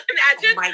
Imagine